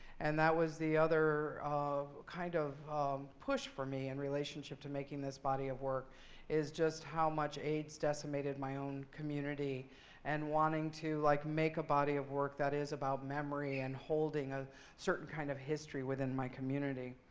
and that was the other kind of push for me in relationship to making this body of work is just how much aids decimated my own community and wanting to like make a body of work that is about memory and holding a certain kind of history within my community.